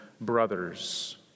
brothers